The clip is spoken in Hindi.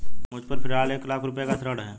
मुझपर फ़िलहाल एक लाख रुपये का ऋण है